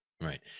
Right